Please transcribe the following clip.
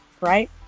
right